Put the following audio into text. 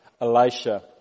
Elisha